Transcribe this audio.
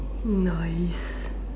nice